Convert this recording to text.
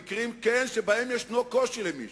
במקרים שיש קושי למישהו,